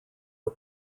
are